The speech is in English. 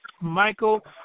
Michael